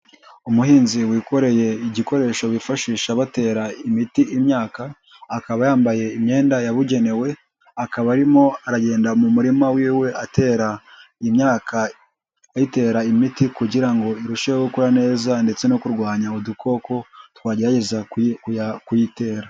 Umuhinzi wikoreye igikoresho bifashisha batera imiti imyaka, akaba yambaye imyenda yabugenewe, akaba arimo aragenda mu murima wiwe atera imyaka ayitera imiti kugira ngo irusheho gukora neza ndetse no kurwanya udukoko twagerageza kuyitera.